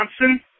Johnson